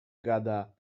gada